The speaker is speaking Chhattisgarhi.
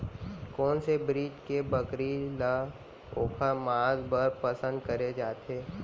कोन से ब्रीड के बकरी ला ओखर माँस बर पसंद करे जाथे?